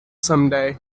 someday